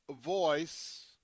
voice